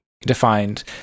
defined